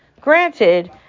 Granted